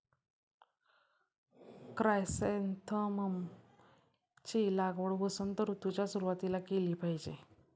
chrysanthemum ची लागवड वसंत ऋतूच्या सुरुवातीला केली पाहिजे